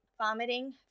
vomiting